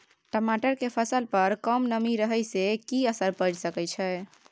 टमाटर के फसल पर कम नमी रहै से कि असर पैर सके छै?